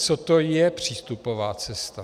Co to je přístupová cesta?